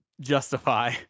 justify